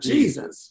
Jesus